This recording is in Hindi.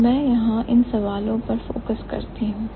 तो मैं यहां इन सवालों पर फोकस करती हूं